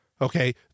okay